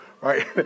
Right